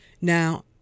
Now